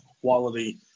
quality